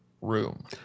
room